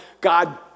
God